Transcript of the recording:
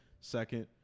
second